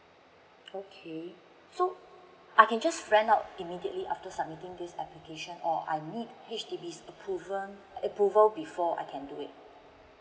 okay so I can just rent out immediately after submitting this application or I need H_D_B approval before I can do it